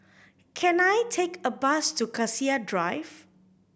can I take a bus to Cassia Drive